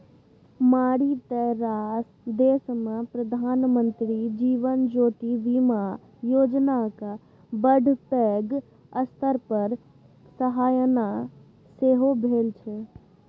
मारिते रास देशमे प्रधानमंत्री जीवन ज्योति बीमा योजनाक बड़ पैघ स्तर पर सराहना सेहो भेल छै